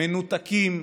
מנותקים,